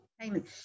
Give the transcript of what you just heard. payment